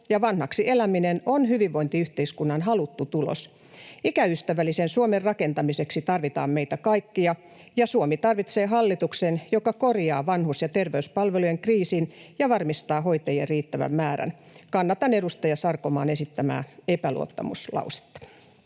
ja vanhaksi eläminen on hyvinvointiyhteiskunnan haluttu tulos. Ikäystävällisen Suomen rakentamiseksi tarvitaan meitä kaikkia, ja Suomi tarvitsee hallituksen, joka korjaa vanhus- ja terveyspalvelujen kriisin ja varmistaa hoitajien riittävän määrän. Kannatan edustaja Sarkomaan esittämää epäluottamuslausetta.